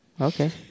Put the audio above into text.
Okay